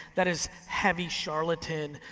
that is heavy charlatan,